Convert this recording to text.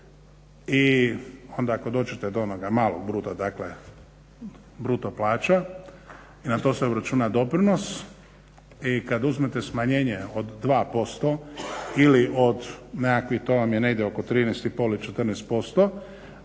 i onda ako dođete do onog malog bruto dakle bruto plaća i na to se obračuna doprinos i kada uzmete smanjenje od 2% ili od nekakvih to vam je negdje 13,5 i 14%